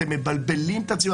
אתם מבלבלים את הציבור.